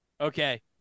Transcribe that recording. okay